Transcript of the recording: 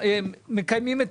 מקבל את